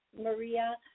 Maria